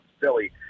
silly